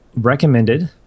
recommended